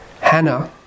Hannah